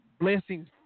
blessings